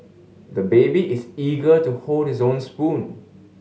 the baby is eager to hold his own spoon